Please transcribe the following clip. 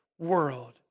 World